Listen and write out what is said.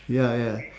ya ya